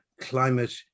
climate